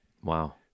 Wow